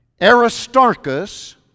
Aristarchus